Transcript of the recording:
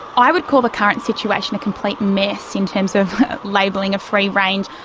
i would call the current situation a complete mess in terms of labelling of free range.